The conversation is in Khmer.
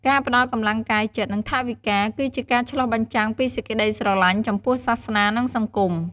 ការផ្ដល់កម្លាំងកាយចិត្ត និងថវិកា គឺជាការឆ្លុះបញ្ចាំងពីសេចក្តីស្រឡាញ់ចំពោះសាសនា និងសង្គម។